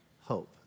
Hope